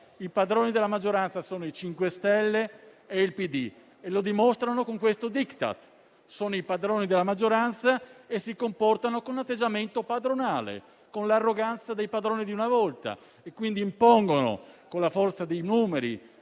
I padroni della maggioranza sono i 5 Stelle e il PD e lo dimostrano con questo *Diktat*; sono i padroni della maggioranza e si comportano con atteggiamento padronale, con l'arroganza dei padroni di una volta, quindi impongono con la forza dei numeri